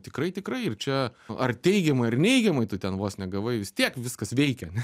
tikrai tikrai ir čia ar teigiamai ar neigiamai tu ten vos ne gavai vis tiek viskas veikia ane